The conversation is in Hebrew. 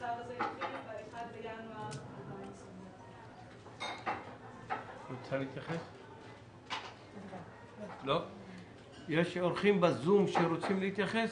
שהצו הזה יחול ב-1 בינואר 2021. ישנם אורחים בזום שרוצים להתייחס?